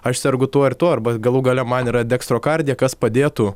aš sergu tuo ir tuo arba galų gale man yra dekstrokardija kas padėtų